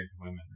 women